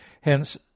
Hence